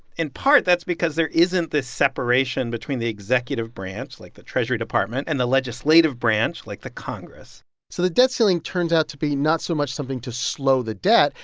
in part, that's because there isn't this separation between the executive branch like the treasury department and the legislative branch like the congress so the debt ceiling turns out to be not so much something to slow the debt,